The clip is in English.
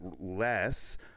Less